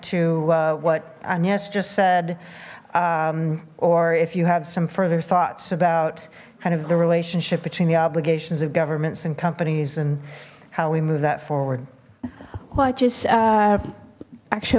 to what yes just said or if you have some further thoughts about kind of the relationship between the obligations of governments and companies and how we move that forward well i just actually